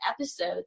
episode